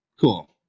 cool